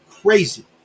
Crazy